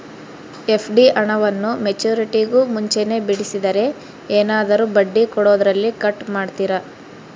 FD ಹಣವನ್ನು ಮೆಚ್ಯೂರಿಟಿಗೂ ಮುಂಚೆನೇ ಬಿಡಿಸಿದರೆ ಏನಾದರೂ ಬಡ್ಡಿ ಕೊಡೋದರಲ್ಲಿ ಕಟ್ ಮಾಡ್ತೇರಾ?